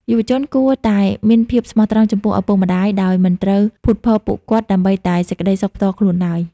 យុវជនគួរតែ "មានភាពស្មោះត្រង់ចំពោះឪពុកម្ដាយ" ដោយមិនត្រូវភូតភរពួកគាត់ដើម្បីតែសេចក្ដីសុខផ្ទាល់ខ្លួនឡើយ។